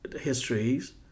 histories